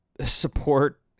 support